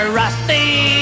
rusty